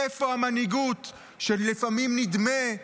איפה המנהיגות שלפעמים נדמה,